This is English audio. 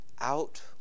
out